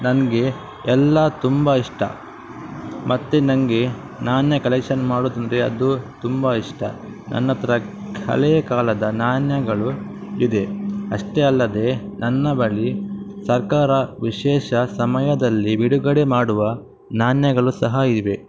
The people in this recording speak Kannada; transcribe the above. ನನಗೆ ಎಲ್ಲ ತುಂಬ ಇಷ್ಟ ಮತ್ತು ನನಗೆ ನಾಣ್ಯ ಕಲೆಕ್ಷನ್ ಮಾಡೋದಂದ್ರೆ ಅದು ತುಂಬ ಇಷ್ಟ ನನ್ನ ಹತ್ರ ಹಳೇ ಕಾಲದ ನಾಣ್ಯಗಳು ಇದೆ ಅಷ್ಟೇ ಅಲ್ಲದೆ ನನ್ನ ಬಳಿ ಸರ್ಕಾರ ವಿಶೇಷ ಸಮಯದಲ್ಲಿ ಬಿಡುಗಡೆ ಮಾಡುವ ನಾಣ್ಯಗಳು ಸಹ ಇವೆ